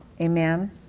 Amen